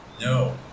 No